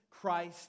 Christ